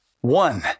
One